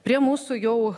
prie mūsų jau